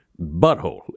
butthole